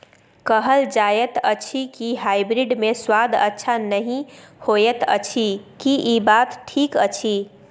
कहल जायत अछि की हाइब्रिड मे स्वाद अच्छा नही होयत अछि, की इ बात ठीक अछि?